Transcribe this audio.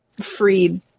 freed